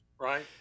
right